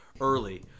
early